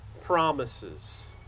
promises